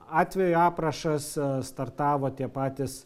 atvejų aprašas startavo tie patys